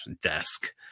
desk